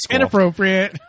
Inappropriate